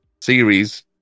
series